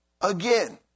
again